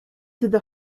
through